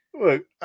Look